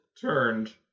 Turned